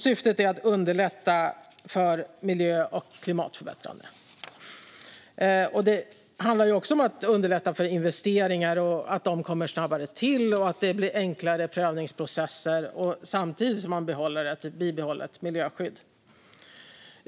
Syftet är att underlätta för miljö och klimatförbättringar. Det handlar också om att underlätta för investeringar, att de kommer till snabbare och att det blir enklare prövningsprocesser samtidigt som man bibehåller ett miljöskydd.